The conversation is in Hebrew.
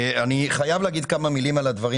אני חייב להגיד כמה מילים על הדברים